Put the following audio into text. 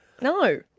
No